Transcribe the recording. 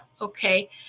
Okay